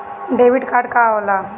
Debit card का होला?